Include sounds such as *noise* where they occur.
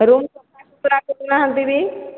room *unintelligible* ଆସୁନାହାଁନ୍ତି ବି